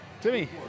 Timmy